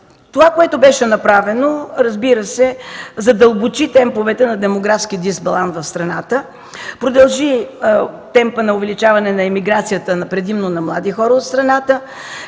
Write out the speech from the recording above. Това, което беше направено, разбира се, задълбочи темповете на демографския дисбаланс в страната, продължи темпа на увеличаване на емиграцията предимно на млади хора от страната.